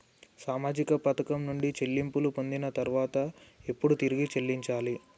సామాజిక పథకం నుండి చెల్లింపులు పొందిన తర్వాత ఎప్పుడు తిరిగి చెల్లించాలి?